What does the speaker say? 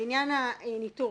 לעניין הניתור,